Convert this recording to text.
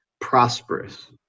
prosperous